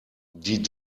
die